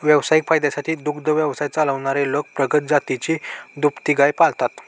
व्यावसायिक फायद्यासाठी दुग्ध व्यवसाय चालवणारे लोक प्रगत जातीची दुभती गाय पाळतात